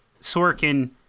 Sorkin